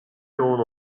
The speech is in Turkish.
yoğun